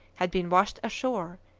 had been washed ashore,